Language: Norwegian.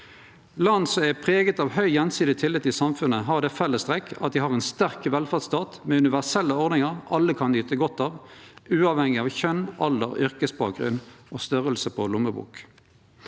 Land som er prega av høg gjensidig tillit i samfunnet, har det fellestrekket at dei har ein sterk velferdsstat med universelle ordningar alle kan nyte godt av, uavhengig av kjønn, alder, yrkesbakgrunn og størrelsen på lommeboka.